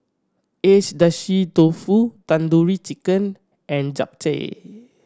Agedashi Dofu Tandoori Chicken and Japchae